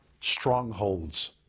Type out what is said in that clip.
strongholds